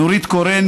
נורית קורן,